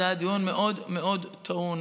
זה היה דיון מאוד מאוד טעון.